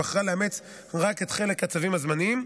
ובחרה לאמץ רק את חלק הצווים הזמניים,